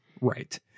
Right